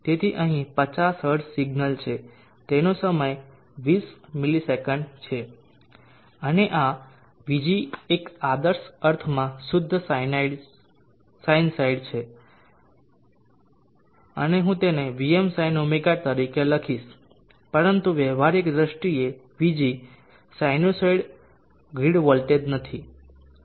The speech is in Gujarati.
તેથી તે અહીં 50 હર્ટ્ઝ સિગ્નલ છે તેનો સમય 20 ms છે અને આ Vg એક આદર્શ અર્થમાં શુદ્ધ સાઇનસાઇડ છે અને હું તેને Vmsinωt તરીકે લખીશ પરંતુ વ્યવહારિક દ્રષ્ટિએ Vg સાઈનુસાઇડ ગ્રીડ વોલ્ટેજ નથી